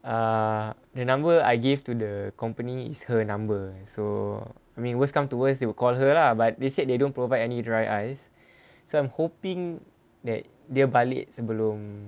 ah the number I gave to the company is her number so I mean worst come to worst they will call her lah but they said they don't provide any dry ice so I'm hoping that dia balik sebelum